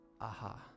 Aha